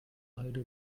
halde